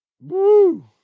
Woo